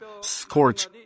scorch